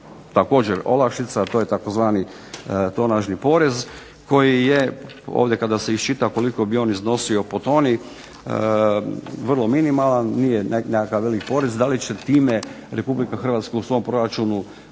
također olakšica, a to je tzv. "tonažni porez" koji je ovdje kada se iščita koliko bi on iznosio po toni vrlo minimalan, nije nekakav veliki porez. Da li će time RH u svom proračunu